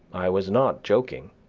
i was not joking.